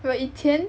我以前